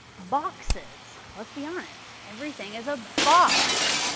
boxes. let's be honest. everything is a box.